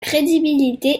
crédibilité